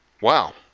Wow